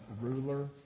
ruler